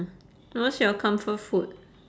what's your comfort food